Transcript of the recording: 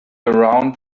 around